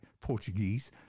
Portuguese